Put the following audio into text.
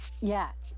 Yes